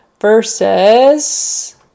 Versus